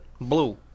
Blue